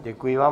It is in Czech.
Děkuji vám.